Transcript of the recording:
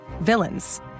villains